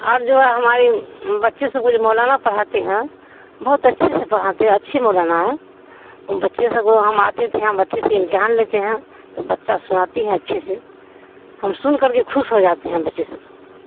اور جو ہے ہمارے بچے سب کو جو مولانا پڑھاتے ہیں بہت اچھے سے پڑھاتے ہیں اچھے مولانا ہیں بچے سب کو ہم آتے تھے ہم بچے سے امتحان لیتے ہیں تو بچہ سناتی ہے اچھے سے ہم سن کر کے خوش ہو جاتے ہیں بچے سب